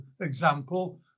example